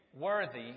worthy